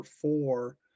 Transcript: four